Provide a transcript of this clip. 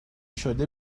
شده